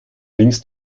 links